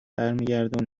برمیگرده